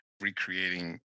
recreating